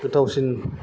गोथावसिन